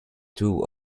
two